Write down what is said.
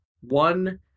one